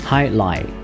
Highlight